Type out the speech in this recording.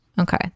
Okay